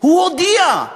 הוא הודיע.